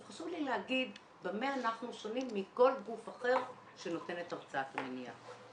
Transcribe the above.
חשוב לי להגיד במה אנחנו שונים מכל גוף אחר שנותן את הרצאת המניעה.